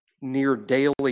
near-daily